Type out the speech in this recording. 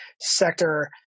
sector